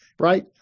right